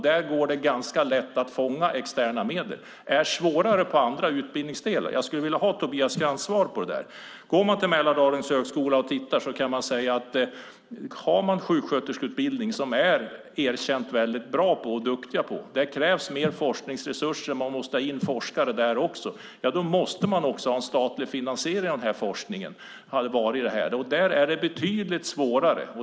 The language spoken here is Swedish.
Där går det ganska lätt att fånga externa medel. Det är svårare i andra utbildningsdelar. Jag skulle vilja ha Tobias Krantz svar på det. Går man till Mälardalens högskola och tittar på den sjuksköterskeutbildning som är erkänt väldigt bra och som de är duktiga på kan man säga att det krävs mer forskningsresurser. De måste ha in forskare där också, och då måste de också ha en statlig finansiering av den forskningen. Där är det betydligt svårare.